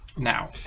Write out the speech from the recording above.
now